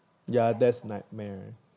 ya that's nightmare